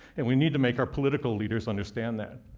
and we need to make our political leaders understand that.